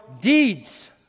deeds